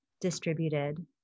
distributed